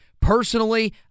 Personally